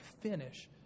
finish